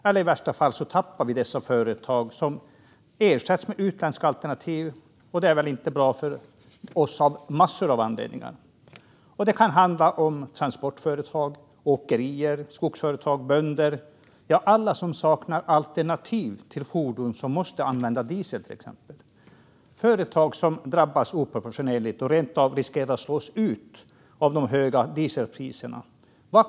I värsta fall tappar vi dessa företag, som då ersätts med utländska alternativ. Det är inte bra för oss av massor av anledningar. Det kan handla om transportföretag, åkerier, skogsföretag och bönder - ja, alla som saknar alternativ till exempelvis fordon som måste använda diesel. Det handlar om företag som drabbas oproportionerligt och som rent av riskerar att slås ut av de höga dieselpriserna. Fru talman!